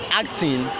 acting